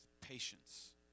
patience